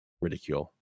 ridicule